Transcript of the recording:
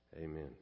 amen